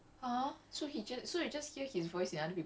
!huh! then how does he talk